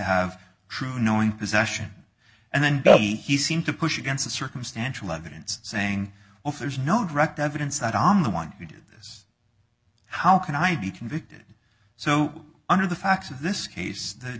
true knowing possession and then he seemed to push against the circumstantial evidence saying there's no direct evidence that i am the one who did this how can i be convicted so under the facts of this case the